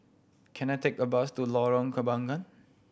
can I take a bus to Lorong Kembagan